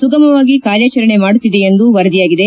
ಸುಗಮವಾಗಿ ಕಾರ್ಯಾಚರಣೆ ಮಾಡುತ್ತಿದೆ ಎಂದು ವರದಿಯಾಗಿದೆ